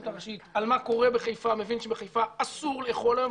הראשית על מה שקורה בחיפה מבין שבחיפה אסור לאכול היום.